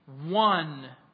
one